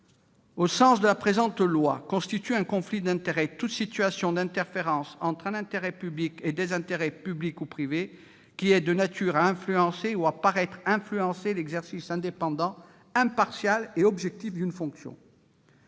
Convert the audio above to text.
Au sens de la présente loi, constitue un conflit d'intérêts toute situation d'interférence entre un intérêt public et des intérêts publics ou privés qui est de nature à influencer ou à paraître influencer l'exercice indépendant, impartial et objectif d'une fonction.